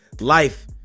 Life